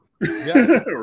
Yes